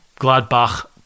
gladbach